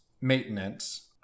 maintenance